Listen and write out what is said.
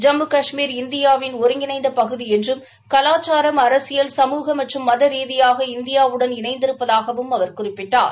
ஜம்மு கஷ்மீர் இந்தியாவின் ஒருங்கிணைந்து பகுதி என்றும் கலாச்சார் அரசியல் சமூக மற்றும் மத ரீதியாக இந்தியாவுடன் இணைந்திருப்பதாகவும் அவர் குறிப்பிட்டார்